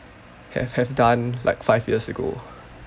have have done like five years ago